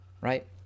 right